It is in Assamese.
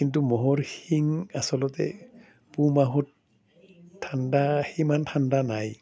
কিন্তু ম'হৰ শিং আচলতে পুহ মাহত ঠাণ্ডা সিমান ঠাণ্ডা নাই